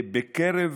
מקרב